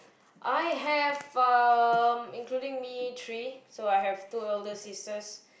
I have um including me three so I have two elder sisters